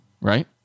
right